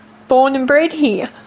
born and bred here.